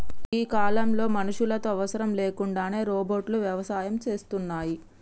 గీ కాలంలో మనుషులతో అవసరం లేకుండానే రోబోట్లు వ్యవసాయం సేస్తున్నాయి